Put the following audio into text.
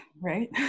right